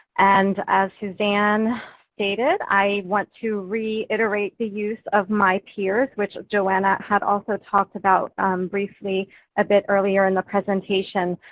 and as suzanne stated, i want to reiterate the use of mypeers, which joanna had also talked about briefly a bit earlier in the presentation.